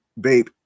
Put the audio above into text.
babe